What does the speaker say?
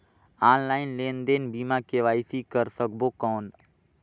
Online लेनदेन बिना KYC कर सकबो कौन??